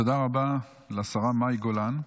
תודה רבה לשרה מאי גולן.